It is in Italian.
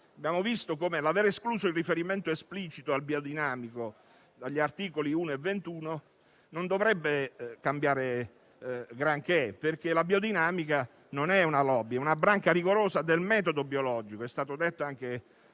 Abbiamo visto come l'aver escluso il riferimento esplicito al biodinamico dagli articoli 1 e 21 non dovrebbe cambiare granché, perché la biodinamica non è una *lobby,* ma una branca rigorosa del metodo biologico, come è stato detto anche